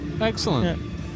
excellent